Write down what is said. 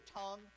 tongue